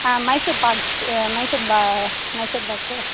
ஆ மைசூர் பாக்ஸ் மைசூர் பா மைசூர் பாக்கு